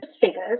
figures